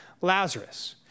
Lazarus